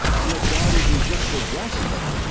and that god isn't just a despot,